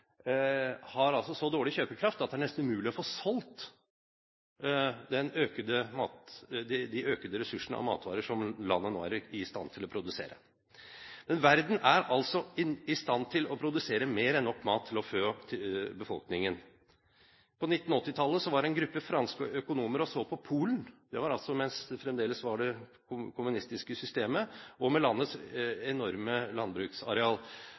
så dårlig kjøpekraft at det nesten er umulig å få solgt de økte matvareressursene som landet nå er i stand til å produsere. Men verden er altså i stand til å produsere mer enn nok mat til å fø befolkningen. På 1980-tallet var en gruppe franske agronomer og så på Polen – det var altså mens det fremdeles var det kommunistiske systemet – med dets enorme landbruksareal.